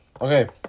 Okay